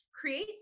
create